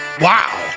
Wow